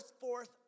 forth